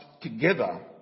together